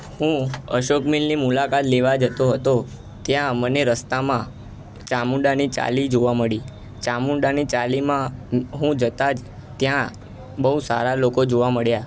હું અશોક મિલની મુલાકાત લેવા જતો હતો ત્યાં મને રસ્તામાં ચામુંડાની ચાલી જોવા મળી ચામુંડાની ચાલીમાં હું જતાં જ ત્યાં બહુ સારા લોકો જોવા મળ્યાં